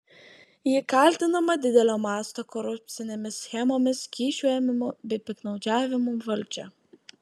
ji kaltinama didelio masto korupcinėmis schemomis kyšių ėmimu bei piktnaudžiavimu valdžia